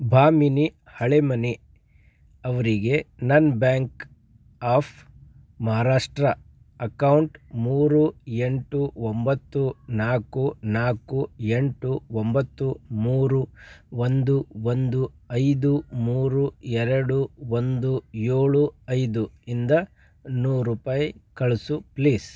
ಭಾಮಿನಿ ಹಳೆಮನಿ ಅವರಿಗೆ ನನ್ನ bank of Maharashtra account ಮೂರು ಎಂಟು ಒಂಬತ್ತು ನಾಲ್ಕು ನಾಲ್ಕು ಎಂಟು ಒಂಬತ್ತು ಮೂರು ಒಂದು ಒಂದು ಐದು ಮೂರು ಎರಡು ಒಂದು ಏಳು ಐದು ಇಂದ ನೂರು ರೂಪಾಯಿ ಕಳಿಸು ಪ್ಲೀಸ್